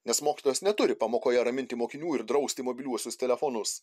nes mokytojas neturi pamokoje raminti mokinių ir drausti mobiliuosius telefonus